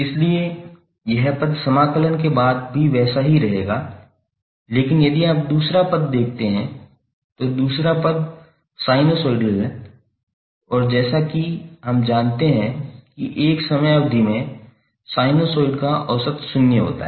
इसलिए यह पद समाकलन के बाद भी वैसा ही रहेगा लेकिन यदि आप दूसरा पद देखते हैं तो दूसरा पद साइनसॉइड है और जैसा कि हम जानते हैं कि एक समय अवधि में साइनसॉइड का औसत शून्य है